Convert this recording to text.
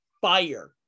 fire